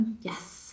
Yes